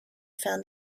found